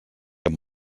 amb